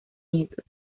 nietos